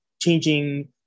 changing